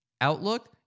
Outlook